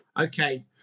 Okay